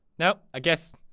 no, i guess.